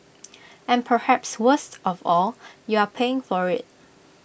and perhaps worst of all you are paying for IT